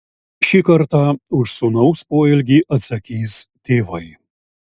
šį kartą už sūnaus poelgį atsakys tėvai